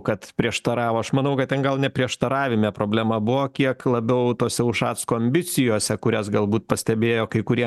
kad prieštaravo aš manau kad ten gal neprieštaravime problema buvo kiek labiau tose ušacko ambicijose kurias galbūt pastebėjo kai kurie